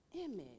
image